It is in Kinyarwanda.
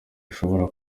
ashobora